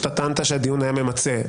שטענת שהדיון מוצה,